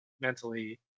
mentally